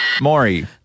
Maury